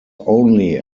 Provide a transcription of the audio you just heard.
only